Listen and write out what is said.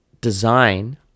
design